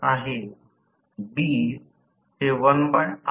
म्हणून3 I12 Rf S लिहू शकता